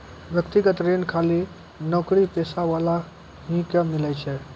व्यक्तिगत ऋण खाली नौकरीपेशा वाला ही के मिलै छै?